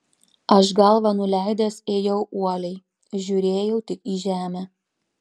aš galvą nuleidęs ėjau uoliai žiūrėjau tik į žemę